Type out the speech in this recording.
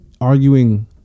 arguing